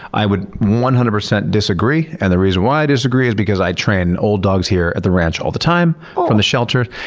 i would one hundred percent disagree, and the reason why i disagree is because i train old dogs here at the ranch all the time from the shelter.